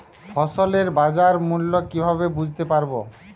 ফসলের বাজার মূল্য কিভাবে বুঝতে পারব?